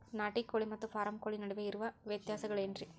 ನಾಟಿ ಕೋಳಿ ಮತ್ತ ಫಾರಂ ಕೋಳಿ ನಡುವೆ ಇರೋ ವ್ಯತ್ಯಾಸಗಳೇನರೇ?